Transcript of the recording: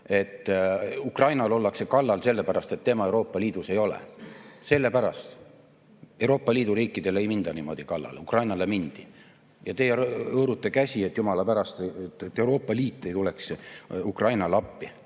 Ukrainal ollakse kallal sellepärast, et tema Euroopa Liidus ei ole. Selle pärast! Euroopa Liidu riikidele ei minda niimoodi kallale, Ukrainale mindi. Ja teie hõõrute käsi, et jumala pärast, et Euroopa Liit ei tuleks Ukrainale appi,